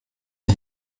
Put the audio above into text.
der